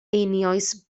einioes